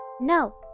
No